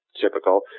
typical